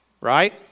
right